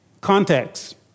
Context